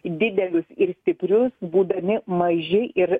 didelius ir stiprius būdami maži ir